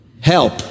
help